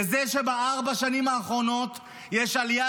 לזה שבארבע השנים האחרונות יש עלייה